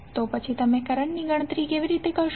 તો પછી તમે કરંટની ગણતરી કેવી રીતે કરશો